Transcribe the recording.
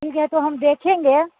ठीक है तो हम देखेंगे